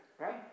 right